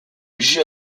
jeu